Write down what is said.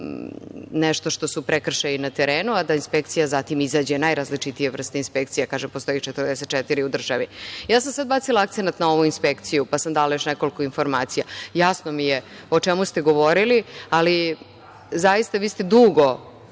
nešto što su prekršaji na terenu, a da inspekcija zatim izađe, najrazličitije vrste inspekcije, postoje 44 u državi. Ja sam sada bacila akcenat na ovu inspekciju, pa sam dala još nekoliko informacija. Jasno mi je o čemu ste govorili, ali vi ste dugo